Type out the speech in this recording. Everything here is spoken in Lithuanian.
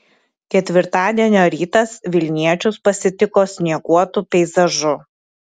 ketvirtadienio rytas vilniečius pasitiko snieguotu peizažu